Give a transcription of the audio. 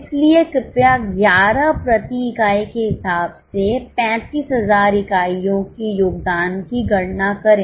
इसलिए कृपया 11 प्रति इकाई के हिसाब से 35000 इकाइयों के योगदान की गणना करें